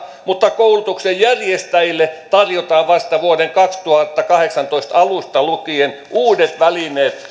mutta koulutuksen järjestäjille tarjotaan vasta vuoden kaksituhattakahdeksantoista alusta lukien uudet välineet